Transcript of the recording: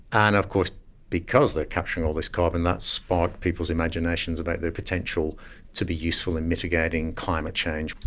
and of course because they are capturing all this carbon, that has sparked people's imaginations about their potential to be useful in mitigating climate change.